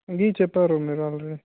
గీ చెప్పారు మీరు ఆల్రెడీ